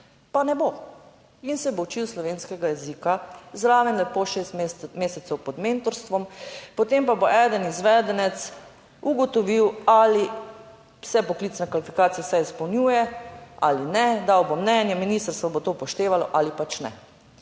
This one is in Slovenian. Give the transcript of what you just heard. pa ne bo in se bo učil slovenskega jezika zraven lepo šest mesecev pod mentorstvom, potem pa bo eden izvedenec ugotovil, ali se poklicna kvalifikacija se izpolnjuje ali ne, dal bo mnenje, ministrstvo bo to upoštevalo ali pač ne.